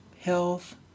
health